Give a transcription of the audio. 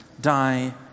die